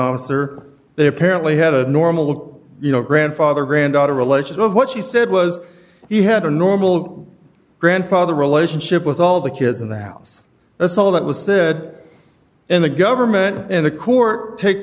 officer they apparently had a normal you know grandfather granddaughter relation of what she said was he had a normal grandfather relationship with all the kids in the house that's all that was said in the government in the court take